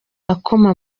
akoma